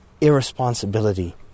irresponsibility